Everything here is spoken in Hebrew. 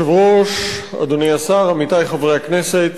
אדוני היושב-ראש, אדוני השר, עמיתי חברי הכנסת,